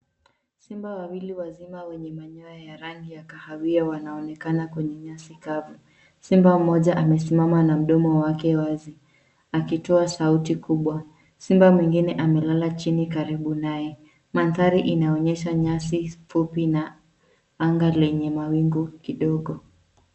Simba wawili wazima wenye manyoya ya rangi ya kahawia wanaonekana kwenye nyasi kavu. Simba mmoja amesimama na mdomo wake wazi, akitoa sauti kubwa. Simba mwingine amelala chini karibu naye. Mandhari inaonyesha nyasi fupi na anga lenye mawingu kidogo.